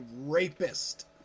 rapist